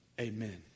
Amen